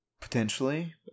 Potentially